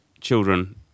children